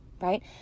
right